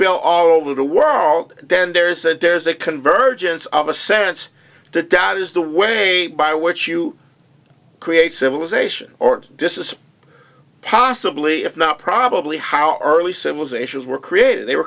bill all over the world then there's a dares a convergence of a sense that that is the way by which you create civilization or dismiss possibly if not probably how early civilizations were created they were